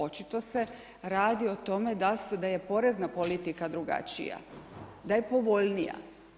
Očito se radi o tome da je porezna politika drugačija, da je povoljnija.